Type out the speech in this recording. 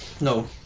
No